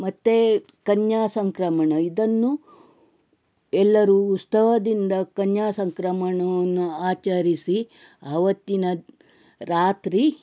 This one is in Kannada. ಮತ್ತು ಕನ್ಯಾಸಂಕ್ರಮಣ ಇದನ್ನು ಎಲ್ಲರೂ ಉತ್ಸವದಿಂದ ಕನ್ಯಾಸಂಕ್ರಮಣವನ್ನು ಆಚರಿಸಿ ಆವತ್ತಿನ ರಾತ್ರಿ